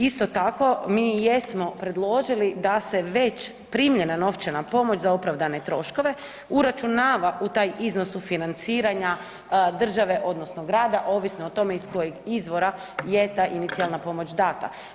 Isto tako, mi jesmo predložili da se već primljena novčana pomoć za opravdane troškove uračunava u taj iznos sufinanciranja države, odnosno grada, ovisno o tome iz kojeg izvora je ta inicijalna pomoć data.